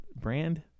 brand